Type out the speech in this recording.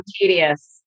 tedious